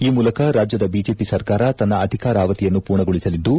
ಈ ಮೂಲಕ ರಾಜ್ಯದ ಬಿಜೆಪಿ ಸರ್ಕಾರ ತನ್ನ ಅಧಿಕಾರವಧಿಯನ್ನು ಪೂರ್ಣಗೊಳಸಲಿದ್ದು